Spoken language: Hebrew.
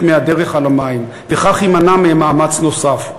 מהדרך על המים וכך יימנע מהן מאמץ נוסף.